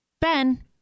ben